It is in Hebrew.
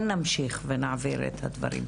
נמשיך ונעביר את הדברים.